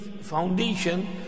foundation